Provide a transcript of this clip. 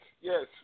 yes